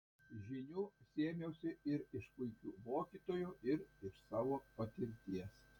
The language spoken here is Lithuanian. žinių sėmiausi ir iš puikių mokytojų ir iš savo patirties